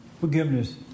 forgiveness